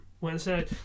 Wednesday